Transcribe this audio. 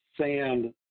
sand